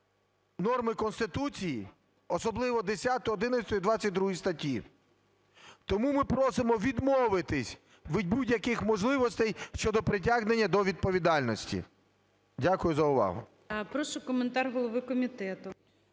норми Конституції, особливо 10, 11 і 22 статті. Тому ми просимо відмовитися від будь-яких можливостей щодо притягнення до відповідальності. Дякую за увагу.